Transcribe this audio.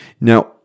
Now